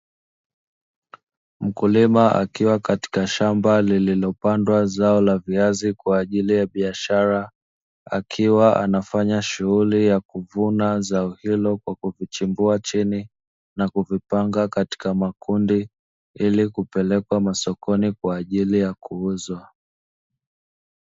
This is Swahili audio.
mkulima Akiwa katika shamba lililopandwa zao la viazi kwa ajili ya biashara akiwa anafanya shughuli ya kuvuna za hilo kwa kuvichambua chini na kuvipanga katika makundi ili kupelekwa masokoni kwa ajili ya kuuzwa.